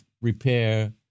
repair